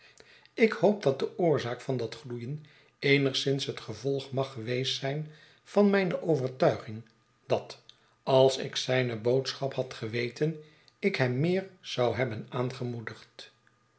ik hoop dat de oorzaak van dat gloeien eenigszins het gevolg mag geweest zijn van mijne overtuiging dat als ik zijne boodschap had geweten ik hem meer zou hebben aangemoedigd